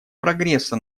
прогресса